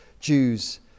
Jews